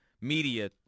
media